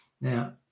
Now